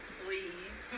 please